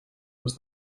was